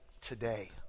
today